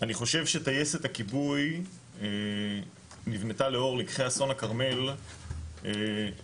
אני חושב שטייסת הכיבוי נבנתה לאור לקחי אסון הכרמל וברור